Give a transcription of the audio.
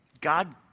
God